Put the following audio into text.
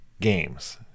games